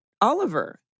Oliver